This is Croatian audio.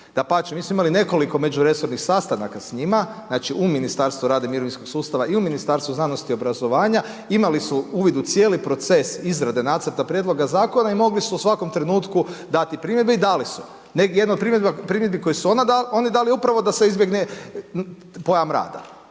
Dapače, mi smo imali nekoliko međuresornih sastanaka s njima. Znači, u Ministarstvu rada i mirovinskog sustava i u Ministarstvu znanosti i obrazovanja imali su uvid u cijeli proces izrade nacrta prijedloga zakona i mogli su u svakom trenutku dati primjedbe i dali su. Negdje …/Govornik se ne razumije./… primjedbi koje su oni dali upravo da se izbjegne pojam rada.